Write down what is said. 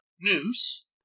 news